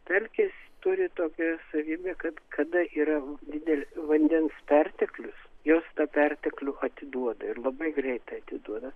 pelkės turi tokią savybę kaip kada yra dideli vandens perteklius jos tą perteklių atiduoda ir labai greitai atiduoda